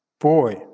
boy